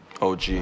OG